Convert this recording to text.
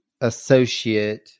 associate